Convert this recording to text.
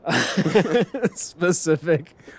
specific